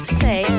say